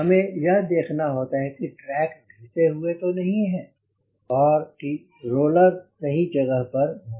हमें यह देखना होता है कि ट्रैक घिसे हुए तो नहीं है और की रोलर सही जगह पर हों